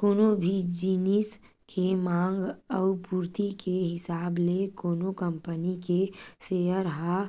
कोनो भी जिनिस के मांग अउ पूरति के हिसाब ले कोनो कंपनी के सेयर ह